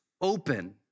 open